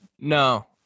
No